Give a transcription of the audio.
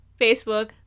Facebook